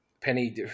Penny